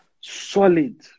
solid